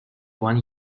one